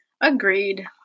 Agreed